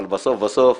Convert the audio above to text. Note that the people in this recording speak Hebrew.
אבל בסוף בסוף,